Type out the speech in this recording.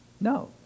No